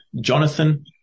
Jonathan